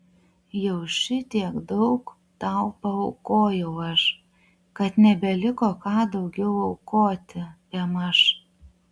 jau šitiek daug tau paaukojau aš kad nebeliko ką daugiau aukoti bemaž